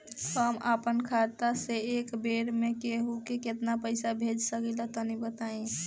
हम आपन खाता से एक बेर मे केंहू के केतना पईसा भेज सकिला तनि बताईं?